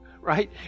right